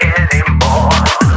anymore